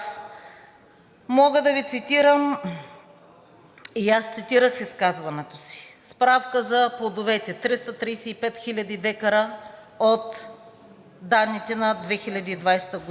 Мога да Ви цитирам – и аз цитирах в изказването си, справка за плодовете „335 хиляди декара от данните на 2020 г.“.